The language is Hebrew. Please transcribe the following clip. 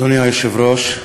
אדוני היושב-ראש,